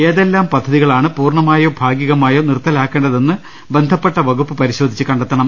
ഏതെല്ലാം പദ്ധതികളാണ് പൂർണമായോ ഭാഗികമായോ നിറുത്തലാക്കേണ്ടതെന്ന് ബന്ധപ്പെട്ട വകുപ്പ് പരിശോധിച്ച് കണ്ടെത്തണം